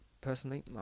personally